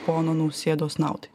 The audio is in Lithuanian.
pono nausėdos naudai